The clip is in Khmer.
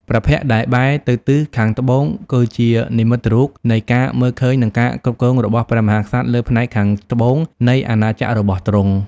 ព្រះភ័ក្ត្រដែលបែរទៅទិសខាងត្បូង គឺជានិមិត្តរូបនៃការមើលឃើញនិងការគ្រប់គ្រងរបស់ព្រះមហាក្សត្រលើផ្នែកខាងត្បូងនៃអាណាចក្ររបស់ទ្រង់។